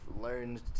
learned